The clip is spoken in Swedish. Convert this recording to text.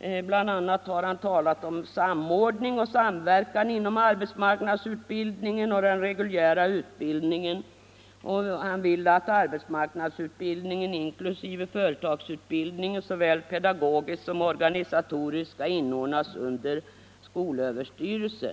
om bl.a. samordning och samverkan inom arbetsmarknadsutbildningen och den reguljära utbildningen. Han vill att arbetsmarknadsutbildningen inkl. företagsutbildningen såväl pedagogiskt som organisatoriskt skall inordnas under skolöverstyrelsen.